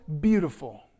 beautiful